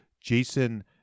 Jason